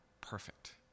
perfect